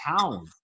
town